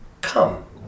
come